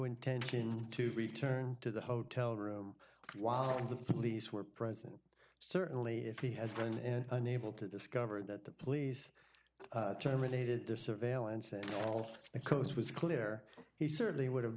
intent to return to the hotel room while the police were present certainly if he has been unable to discover that the police terminated their surveillance and all the coast was clear he certainly would have